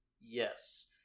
Yes